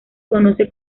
conoce